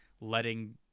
letting